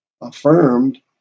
affirmed